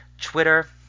twitter